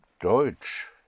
Deutsch